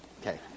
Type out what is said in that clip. Okay